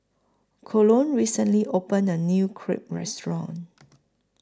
Colon recently opened A New Crepe Restaurant